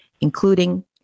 including